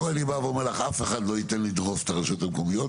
קודם כל אני אומר לך שאף אחד לא יוכל לדרוש את הרשויות המקומיות.